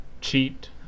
cheat